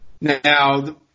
Now